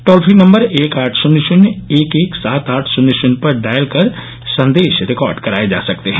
toll free number एक आठ शन्य शन्य एक एक सात आठ शन्य शन्य पर डायल कर संदेश रिकॉर्ड कराये जा सकते हैं